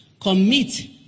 Commit